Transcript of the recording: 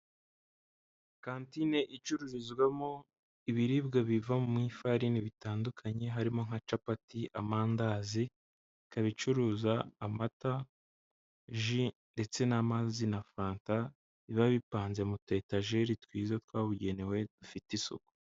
Katine icururizwamo ibiribwa biva mu ifarini bitandukanye harimo: nka capati, amandazi. Ikaba icuruza amata, ji, ndetse n'amazi, na fanta, biba bipanze mutuetajeri twiza twabugenewe dufite isuku.